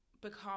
become